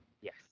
yes